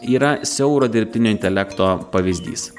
yra siauro dirbtinio intelekto pavyzdys